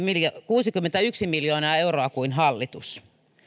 kuusikymmentäyksi miljoonaa euroa vähemmän kuin hallitus